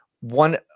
one